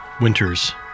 Winter's